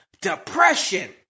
Depression